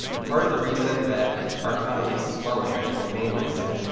part of the reason that our economy is slowing, actually the main reason,